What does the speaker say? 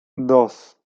dos